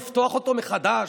לפתוח אותו מחדש?